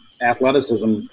athleticism